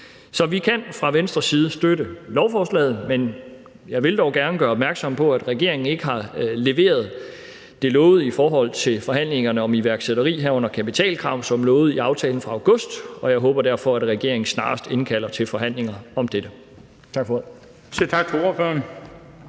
Så vi kan fra Venstres side støtte lovforslaget, men jeg vil dog gerne gøre opmærksom på, at regeringen ikke har leveret det lovede i forhold til forhandlingerne om iværksætteri, herunder kapitalkrav som lovet i aftalen fra august, og jeg håber derfor, at regeringen snarest indkalder til forhandlinger om dette.